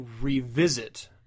revisit